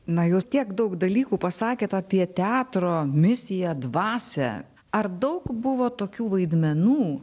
na jūs tiek daug dalykų pasakėt apie teatro misiją dvasią ar daug buvo tokių vaidmenų